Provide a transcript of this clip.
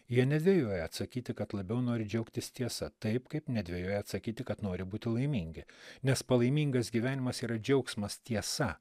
jie nedvejoja atsakyti kad labiau nori džiaugtis tiesa taip kaip nedvejoja atsakyti kad nori būti laimingi nes palaimingas gyvenimas yra džiaugsmas tiesa